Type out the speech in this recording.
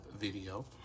video